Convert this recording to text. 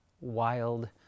wild